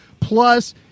Plus